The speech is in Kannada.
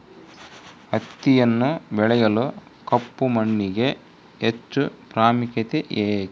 ಹತ್ತಿಯನ್ನು ಬೆಳೆಯಲು ಕಪ್ಪು ಮಣ್ಣಿಗೆ ಹೆಚ್ಚು ಪ್ರಾಮುಖ್ಯತೆ ಏಕೆ?